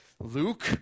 Luke